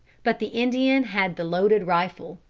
but the indian had the loaded rifle.